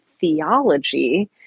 theology